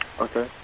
Okay